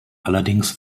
allerdings